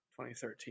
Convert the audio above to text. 2013